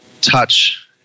touch